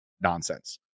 nonsense